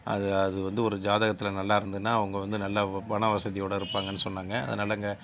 அது அது வந்து ஒரு ஜாதகத்தில் நல்லா இருந்ததுன்னா அவங்க வந்து நல்லா பண வசதியோடு இருப்பாங்கன்னு சொன்னாங்க அதனால் அங்கே